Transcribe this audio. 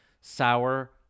sour